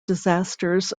disasters